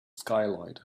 skylight